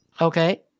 Okay